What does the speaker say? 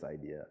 idea